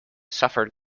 suffered